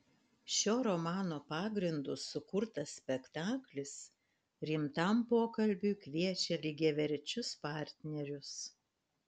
šio romano pagrindu sukurtas spektaklis rimtam pokalbiui kviečia lygiaverčius partnerius